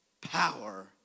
Power